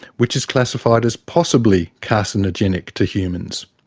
which is classified as possibly carcinogenic to humans.